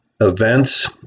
events